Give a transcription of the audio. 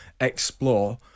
explore